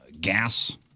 gas